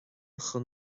chun